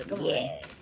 Yes